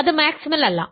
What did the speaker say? അത് മാക്സിമൽ അല്ല